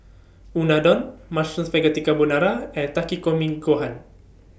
Unadon Mushroom Spaghetti Carbonara and Takikomi Gohan